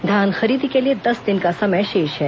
धान खरीदी के लिए दस दिन का समय शेष है